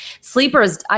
Sleepers